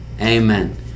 amen